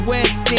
West